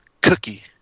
Cookie